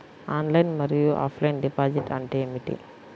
Online మరియు offline deposit అంటే ఏమిటి?